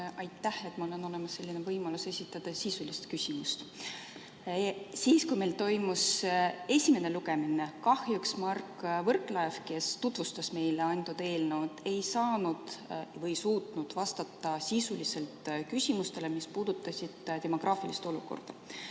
Aitäh, et mul on võimalus esitada sisulist küsimust! Siis, kui meil toimus esimene lugemine, kahjuks Mart Võrklaev, kes tutvustas meile seda eelnõu, ei saanud või ei suutnud vastata sisuliselt küsimustele, mis puudutasid demograafilist olukorda.